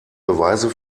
beweise